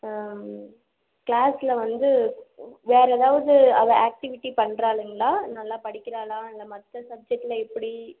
கிளாஸில் வந்து வேறு ஏதாவது அவள் ஆக்டிவிட்டி பண்ணுறாளுங்களா நல்லா படிக்கிறாளா இல்லை மற்ற சப்ஜெக்ட்டில் எப்படி